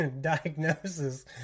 diagnosis